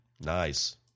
Nice